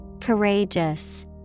Courageous